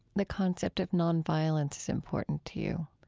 the concept of nonviolence is important to you,